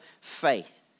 faith